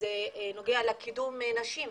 זה נוגע לקידום נשים,